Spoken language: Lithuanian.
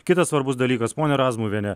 kitas svarbus dalykas ponia razmuviene